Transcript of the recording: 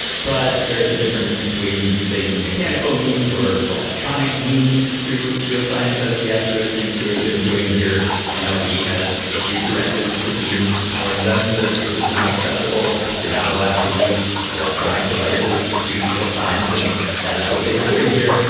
but there is a difference between using mechanical means or electronic means to steal signs as the astros seem to have been doing here and nobody has issued directives to teams telling them that this is not acceptable. you're not allowed to use electronic devices to steal signs and that is what they were doing here.